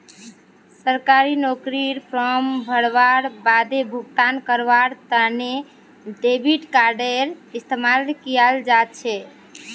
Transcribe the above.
सरकारी नौकरीर फॉर्म भरवार बादे भुगतान करवार तने डेबिट कार्डडेर इस्तेमाल कियाल जा छ